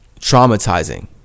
traumatizing